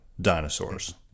dinosaurs